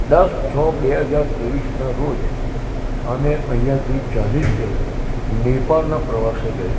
દસ છ બે હજાર ત્રેવીસના રોજ અમે અહીંયાથી ચાળીસ જણ નેપાળના પ્રવાસે ગયેલા